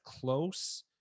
close